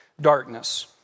darkness